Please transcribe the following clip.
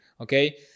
Okay